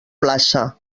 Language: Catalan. plaça